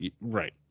Right